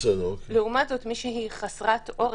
לעומת זאת מי שהיא חסרת עורף,